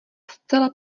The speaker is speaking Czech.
zcela